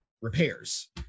repairs